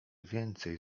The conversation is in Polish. więcej